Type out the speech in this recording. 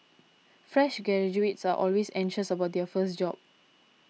fresh graduates are always anxious about their first job